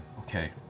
Okay